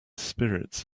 spirits